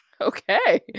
Okay